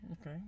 Okay